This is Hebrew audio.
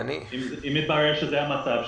אם יתברר שזה המצב,